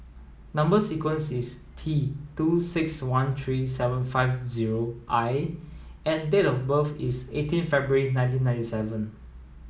number sequence is T two six one three seven five zero I and date of birth is eighteen February nineteen ninety seven